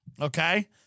Okay